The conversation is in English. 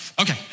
Okay